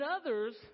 others